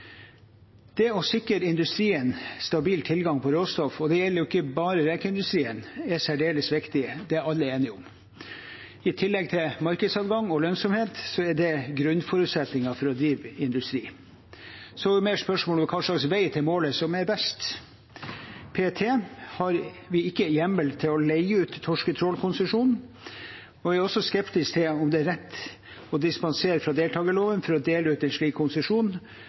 Det å sikre industrien stabil tilgang på råstoff – og det gjelder jo ikke bare rekeindustrien – er særdeles viktig, det er alle enige om. I tillegg til markedsadgang og lønnsomhet er det grunnforutsetningen for å drive industri. Så er spørsmålet hva slags vei til målet som er best. I dag har vi ikke hjemmel til å leie ut torsketrålkonsesjon. Jeg er også skeptisk til om det er rett å dispensere fra deltakerloven for å dele ut en slik konsesjon,